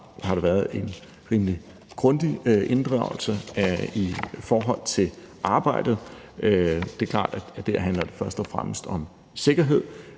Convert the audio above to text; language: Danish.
har der været en rimelig grundig inddragelse i forhold til arbejdet. Det er klart, at der handler det først og fremmest om sikkerhed